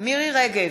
מירי רגב,